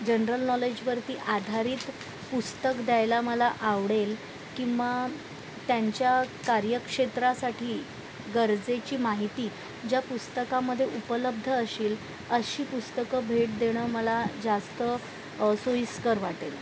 general नॉलेजवरती आधारित पुस्तक द्यायला मला आवडेल किंवा त्यांच्या कार्यक्षेत्रासाठी गरजेची माहिती ज्या पुस्तकामध्ये उपलब्ध असेल अशी पुस्तकं भेट देणं मला जास्त सोयीस्कर वाटेल